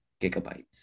gigabytes